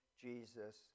Jesus